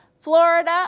Florida